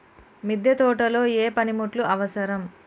మిద్దె తోటలో ఏ పనిముట్లు అవసరం?